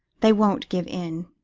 they won't give in.